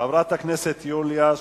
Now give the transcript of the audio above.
חברת הכנסת יוליה